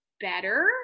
better